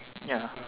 ya